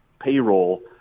payroll